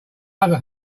other